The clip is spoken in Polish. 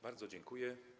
Bardzo dziękuję.